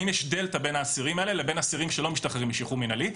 האם יש דלתא בין האסירים האלה לבין אסירים שלא משתחררים בשחרור מינהלי?